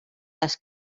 les